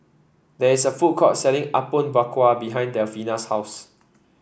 there is a food court selling Apom Berkuah behind Delfina's house